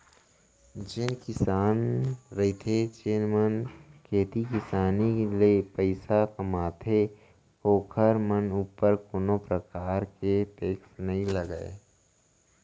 जेन किसान रहिथे जेन मन ह खेती किसानी ले पइसा कमाथे ओखर मन ऊपर कोनो परकार के टेक्स नई लगय